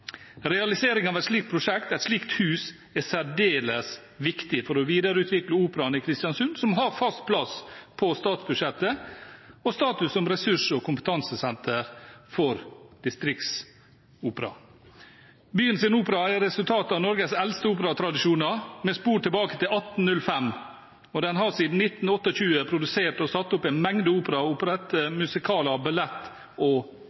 Realisering av et slikt prosjekt, et slikt hus, er særdeles viktig for å videreutvikle operaen i Kristiansund, som har fast plass på statsbudsjettet og status som ressurs- og kompetansesenter for distriktsopera. Byens opera er et resultat av Norges eldste operatradisjoner med spor tilbake til 1805, og den har siden 1928 produsert og satt opp en mengde operaer, operetter, musikaler, balletter og